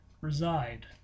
reside